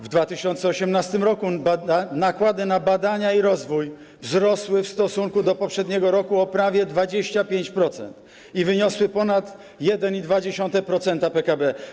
W 2018 r. nakłady na badania i rozwój wzrosły w stosunku do poprzedniego roku o prawie 25% i wyniosły ponad 1,2% PKB.